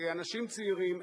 כאנשים צעירים,